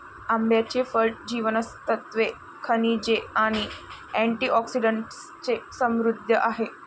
आंब्याचे फळ जीवनसत्त्वे, खनिजे आणि अँटिऑक्सिडंट्सने समृद्ध आहे